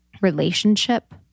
relationship